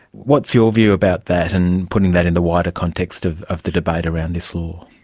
what's your view about that and putting that in the wider context of of the debate around this law?